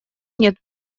нет